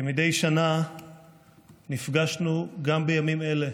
כמדי שנה נפגשנו גם בימים אלה